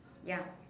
ya